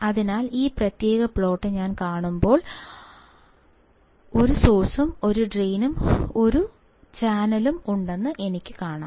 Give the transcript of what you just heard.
അതിനാൽ ഈ പ്രത്യേക പ്ലോട്ട് ഞാൻ കാണുമ്പോൾ ഓൾ ഒരു സോഴ്സും ഒരു ചാനലും ഒരു ഡ്രെയിനും ഉണ്ടെന്ന് എനിക്ക് കാണാം